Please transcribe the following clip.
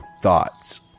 Thoughts